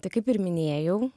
tai kaip ir minėjau